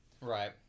Right